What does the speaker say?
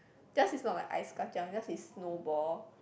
theirs is not like ice-kachang theirs is snow ball